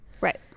right